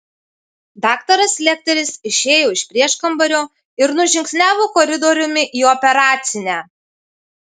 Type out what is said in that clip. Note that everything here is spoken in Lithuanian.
daktaras lekteris išėjo iš prieškambario ir nužingsniavo koridoriumi į operacinę